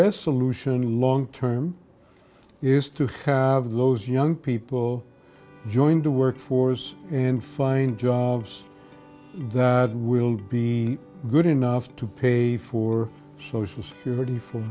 best solution to long term is to have those young people joined the workforce and find jobs that will be good enough to pay for social security for